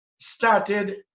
started